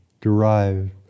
derived